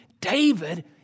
David